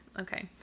Okay